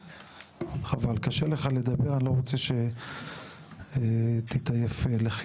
ומתוכן אף אחת לא יכולה לתת לי פתרון למטפלת ביום,